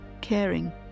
caring